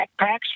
backpacks